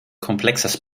komplexes